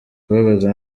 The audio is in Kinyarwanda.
kubabaza